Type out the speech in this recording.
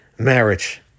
Marriage